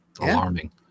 alarming